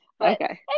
Okay